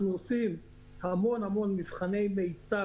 אנחנו עורכים המון מבחני מיצב,